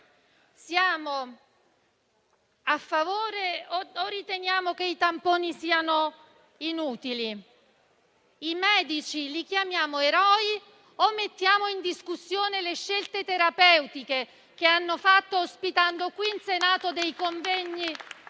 Siamo a favore o riteniamo che i tamponi siano inutili? Chiamiamo i medici eroi o mettiamo in discussione le scelte terapeutiche che hanno fatto, ospitando qui in Senato dei convegni